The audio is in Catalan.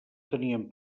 tenien